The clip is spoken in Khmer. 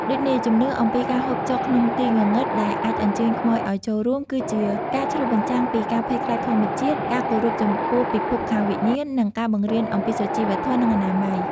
ដូចនេះជំនឿអំពីការហូបចុកក្នុងទីងងឹតដែលអាចអញ្ជើញខ្មោចឲ្យចូលរួម គឺជាការឆ្លុះបញ្ចាំងពី ការភ័យខ្លាចធម្មជាតិ ការគោរពចំពោះពិភពខាងវិញ្ញាណ និង ការបង្រៀនអំពីសុជីវធម៌ និងអនាម័យ ។